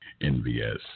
NVS